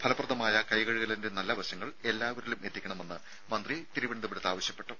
ഫലപ്രദമായ കൈകഴുകലിന്റെ വശങ്ങൾ എല്ലാവരിലും എത്തിക്കണമെന്ന് മന്ത്രി നല്ല തിരുവനന്തപുരത്ത് ആവശ്യപ്പെട്ടു